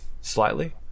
slightly